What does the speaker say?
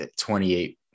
28